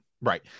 right